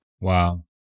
Wow